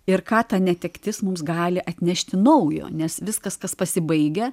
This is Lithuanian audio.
ir ką ta netektis mums gali atnešti naujo nes viskas kas pasibaigia